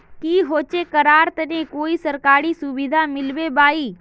की होचे करार तने कोई सरकारी सुविधा मिलबे बाई?